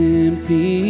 empty